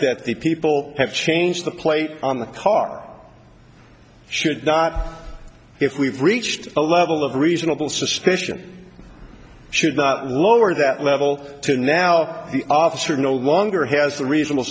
that the people have changed the plate on the car should not if we've reached a level of reasonable suspicion should lower that level to now the officer no longer has the reasonable